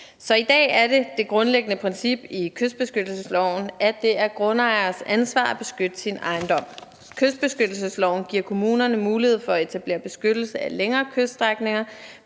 Så i dag er det det grundlæggende princip i kystbeskyttelsesloven, at det er grundejers ansvar at beskytte sin ejendom. Kystbeskyttelsesloven giver kommunerne mulighed for at etablere beskyttelse af længere kyststrækninger,